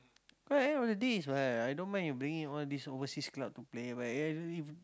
right end of the days right I don't mind in bringing all this overseas club to play but if